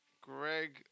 Greg